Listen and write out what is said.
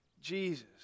Jesus